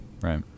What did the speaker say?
Right